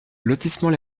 lotissement